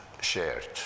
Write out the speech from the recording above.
shared